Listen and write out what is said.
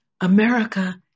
America